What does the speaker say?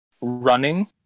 running